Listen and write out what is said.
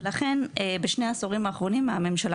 ולכן בשני העשורים האחרונים הממשלה